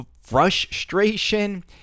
frustration